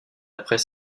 après